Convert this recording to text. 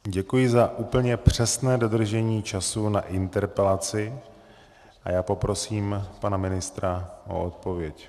Děkuji za úplně přesné dodržení času na interpelaci a já poprosím pana ministra o odpověď.